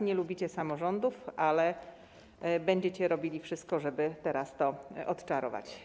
Nie lubicie samorządów, ale będziecie robili wszystko, żeby teraz to odczarować.